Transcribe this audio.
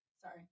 Sorry